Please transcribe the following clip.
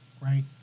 right